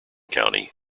county